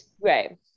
Right